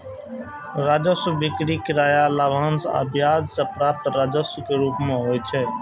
राजस्व बिक्री, किराया, लाभांश आ ब्याज सं प्राप्त राजस्व के रूप मे होइ छै